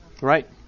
Right